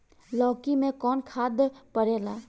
लौकी में कौन खाद पड़ेला?